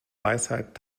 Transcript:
weisheit